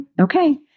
Okay